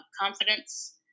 confidence